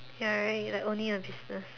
ya right like owning a business